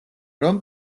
რომ